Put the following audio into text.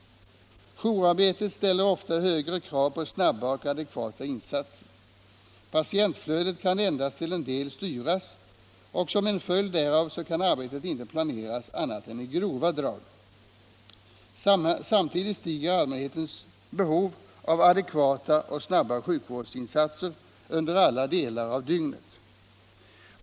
Jourarbetet ställer ofta högre krav på snabba och adekvata insatser. Patientflödet kan endast till en del styras och som en följd därav kan arbetet inte planeras annat än i grova drag. Samtidigt stiger allmänhetens behov av adekvata och snabba sjukvårdsinsatser under alla delar av dygnet.